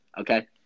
okay